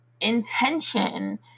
intention